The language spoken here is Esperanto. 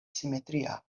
simetria